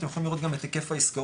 אתם יכולים לראות גם את היקף העסקאות,